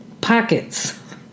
pockets